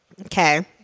Okay